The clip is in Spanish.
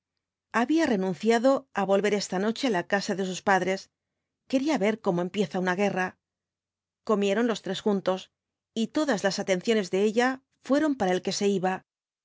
había renunciado á volver esta noche á la casa de sus padres quería ver cómo empieza una guerra comieron los tres juntos y todas las atenciones de ella fueron para el que se iba